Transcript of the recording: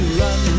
run